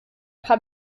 paar